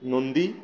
Nandi